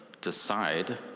decide